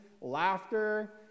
laughter